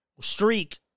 streak